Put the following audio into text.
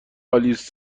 آلیس